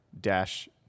dash